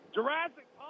Jurassic